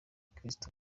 kristo